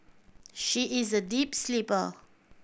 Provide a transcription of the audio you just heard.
she is a deep sleeper